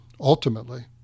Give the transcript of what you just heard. ultimately